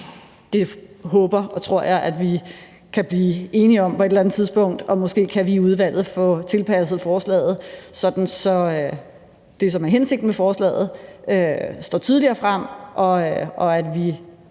Det håber og tror jeg at vi kan blive enige om på et eller andet tidspunkt, og måske kan vi i udvalget få tilpasset forslaget, sådan at det, som er hensigten med forslaget, står tydeligere frem, og at vi